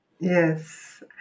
Yes